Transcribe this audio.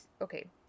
okay